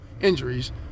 injuries